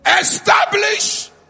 Establish